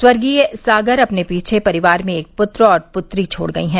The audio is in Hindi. स्वर्गीय सागर अपने पीछे परिवार में एक पुत्र और पुत्री छोड़ गई हैं